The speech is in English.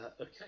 Okay